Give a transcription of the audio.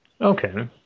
Okay